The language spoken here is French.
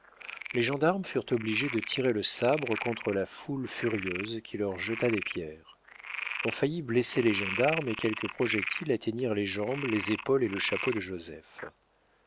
les gendarmes furent obligés de tirer le sabre contre la foule furieuse qui leur jeta des pierres on faillit blesser les gendarmes et quelques projectiles atteignirent les jambes les épaules et le chapeau de joseph